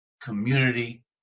community